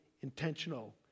intentional